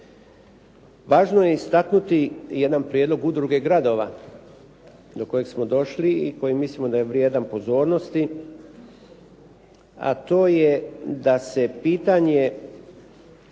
važno je istaknuti jedan prijedlog udruge gradova do kojeg smo došli i za koji mislimo da je vrijedan pozornosti, a to je da se pitanje